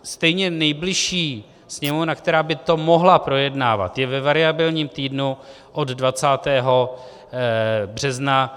Stejně nejbližší sněmovna, která by to mohla projednávat, je ve variabilním týdnu od 20. března.